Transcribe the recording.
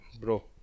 Bro